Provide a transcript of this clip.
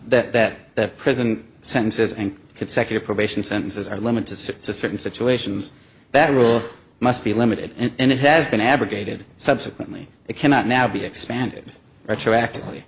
must that prison sentences and consecutive probation sentences are limits to certain situations that rule must be limited and it has been abrogated subsequently it cannot now be expanded retroactively